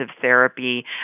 therapy